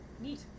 Neat